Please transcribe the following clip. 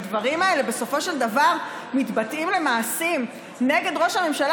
הדברים האלה בסופו של דבר מתבטאים במעשים נגד ראש הממשלה.